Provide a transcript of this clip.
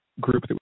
group